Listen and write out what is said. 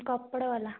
କପଡ଼ାବାଲା